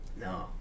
No